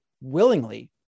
willingly